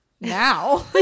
Now